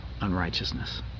unrighteousness